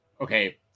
okay